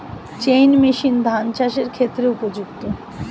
Chain machine ধান চাষের ক্ষেত্রে উপযুক্ত?